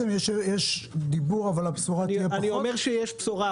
אני אומר שיש בשורה,